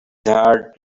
heart